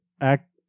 act